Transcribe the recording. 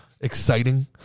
exciting